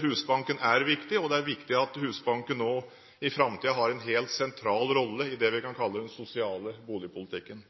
Husbanken er viktig, og det er viktig at Husbanken nå i framtiden har en helt sentral rolle i det vi kan kalle den sosiale boligpolitikken.